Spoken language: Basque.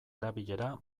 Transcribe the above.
erabilera